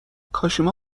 کاشیما